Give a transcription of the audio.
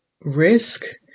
risk